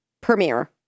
premiere